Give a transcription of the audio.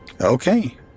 Okay